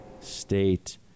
state